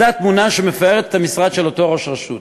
זו התמונה שמפארת את המשרד של אותו ראש רשות.